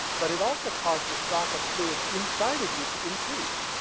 but it also caused the stock of fluid inside of you to increase.